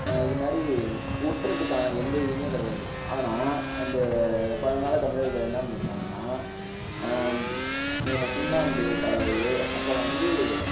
இது மாதிரி ஒட்றதுக்கான எந்த இதுவுமே கிடையாது ஆனா அந்த பழங்கால தமிழர்கள் என்ன பண்ணிருக்காங்கன்னா சு சுண்ணாம்பு கலவையை அப்புறம் வந்து